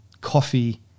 coffee